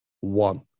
one